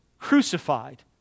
crucified